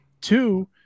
two